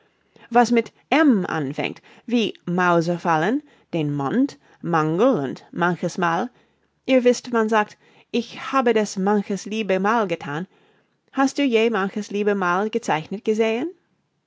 was mit m anfängt wie mausefallen den mond mangel und manches mal ihr wißt man sagt ich habe das manches liebe mal gethan hast du je manches liebe mal gezeichnet gesehen